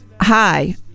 Hi